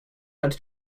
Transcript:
had